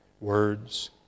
words